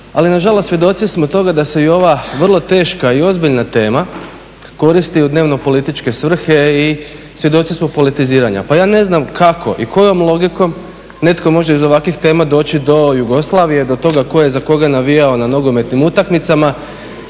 Ali nažalost svjedoci smo da se i ova vrlo teška i ozbiljna tema koristi u dnevno političke svrhe i svjedoci smo politiziranja. Pa ja ne znam kako i kojom logikom netko može iz ovakvih tema doći do Jugoslavije, do toga tko je za koga navijao na nogometnim utakmicama